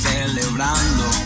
Celebrando